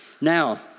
now